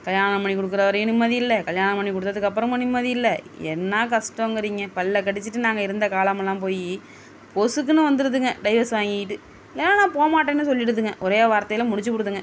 கல்யாணம் பண்ணி கொடுக்குற வரையும் நிம்மதி இல்லை கல்யாணம் பண்ணி கொடுத்ததுக்கு அப்பறமும் நிம்மதி இல்லை என்னா கஷ்டங்குறிங்க பல்லை கடிச்சிகிட்டு நாங்கள் இருந்த காலமெல்லாம் போய் பொசுக்குன்னு வந்துருதுங்க டைவஸ் வாங்கிட்டு ஏன்னா நான் போக மாட்டேன்னு சொல்லிடுதுங்க ஒரே வார்த்தையில் முடித்து புடுதுங்க